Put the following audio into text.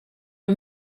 are